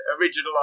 original